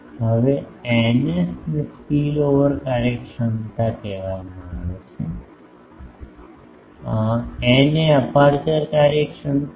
હવે ηS ને spill over કાર્યક્ષમતા કહેવામાં આવે છે ηA અપેર્ચર કાર્યક્ષમતા છે